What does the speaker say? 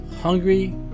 hungry